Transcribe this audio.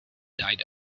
died